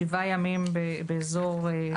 שבעה ימים באזור כנרת.